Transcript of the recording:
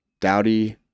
Dowdy